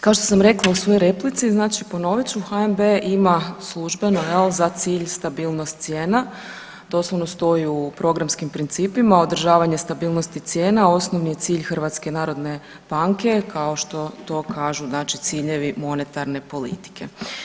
Kao što sam rekla u svojoj replici znači ponovit ću, HNB ima službeno jel za cilj stabilnost cijena, doslovno stoji u programskim principima održavanje stabilnosti cijena, a osnovni cilj HNB-a je kao što to kažu znači ciljevi monetarne politike.